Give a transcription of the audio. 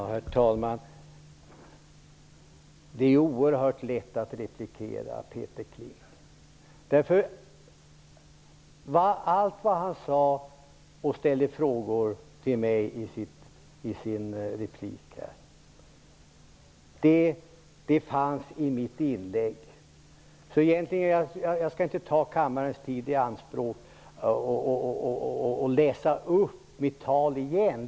Herr talman! Det är oerhört lätt att replikera Peter Kling. Allt vad han ställde frågor till mig om i sin replik fanns i mitt inlägg. Jag skall inte ta kammarens tid i anspråk och läsa upp mitt tal igen.